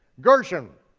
gershom.